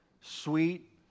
sweet